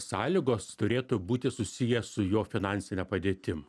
sąlygos turėtų būti susiję su jo finansine padėtim